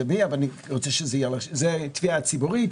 אבל אני רוצה זו תביעה ציבורית.